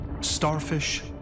starfish